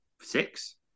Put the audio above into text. six